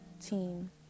team